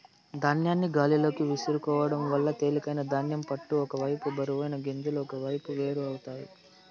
ధాన్యాన్ని గాలిలోకి విసురుకోవడం వల్ల తేలికైన ధాన్యం పొట్టు ఒక వైపు బరువైన గింజలు ఒకవైపు వేరు అవుతాయి